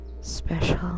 special